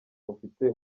mufite